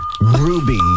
ruby